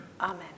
Amen